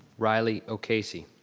riley okasey.